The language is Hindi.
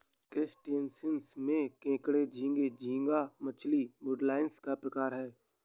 क्रस्टेशियंस में केकड़े झींगे, झींगा मछली, वुडलाइस प्रकार है